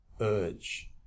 urge